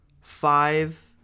five